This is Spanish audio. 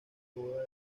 boda